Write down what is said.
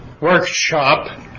workshop